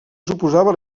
suposava